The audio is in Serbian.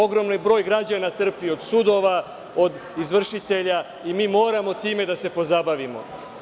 Ogroman broj građana trpi od sudova, od izvršitelja i mi moramo time da se pozabavimo.